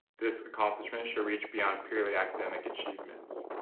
this accomplishment should reach beyond purely academic achievements